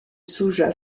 soja